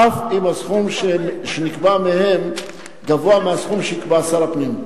אף אם הסכום שנקבע בהן גבוה מהסכום שיקבע שר הפנים.